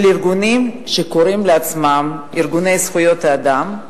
ארגונים שקוראים לעצמם "ארגוני זכויות אדם"